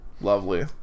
Lovely